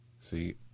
See